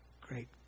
great